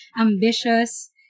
ambitious